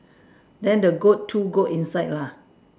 then the goat two goat inside lah